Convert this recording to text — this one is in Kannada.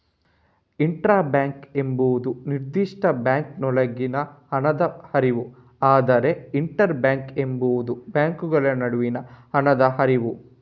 ಇಂಟ್ರಾ ಬ್ಯಾಂಕ್ ಎಂಬುದು ನಿರ್ದಿಷ್ಟ ಬ್ಯಾಂಕಿನೊಳಗೆ ಹಣದ ಹರಿವು, ಆದರೆ ಇಂಟರ್ ಬ್ಯಾಂಕ್ ಎಂಬುದು ಬ್ಯಾಂಕುಗಳ ನಡುವಿನ ಹಣದ ಹರಿವು